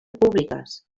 públiques